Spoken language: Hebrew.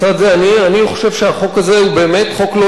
אני חושב שהחוק הזה הוא באמת חוק לא אנושי,